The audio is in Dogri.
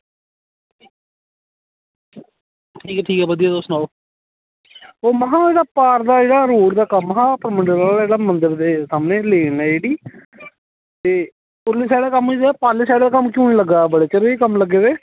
ठीक ऐ ठीक ऐ बधिया तुस सनाओ ओह् में हा रोड़ दा कम्म हा जेह्का परमंडल मंदर दे सामनै लेन ऐ जेह्ड़ी एह् उरली साईड दा कम्म होई गेदा परली साईड दा कम्म की निं होआ दा बड़ी चिर होई गेदा कम्म लग्गे दे